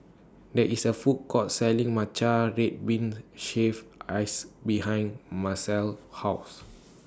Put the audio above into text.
There IS A Food Court Selling Matcha Red Bean Shaved Ice behind Marcel's House